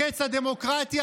לקץ הדמוקרטיה.